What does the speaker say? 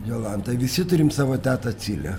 jolanta visi turim savo tetą cilę